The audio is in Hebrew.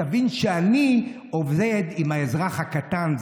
תבין שאני עובד עם האזרח הקטן.